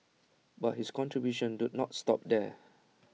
but his contributions do not stop there